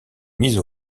mise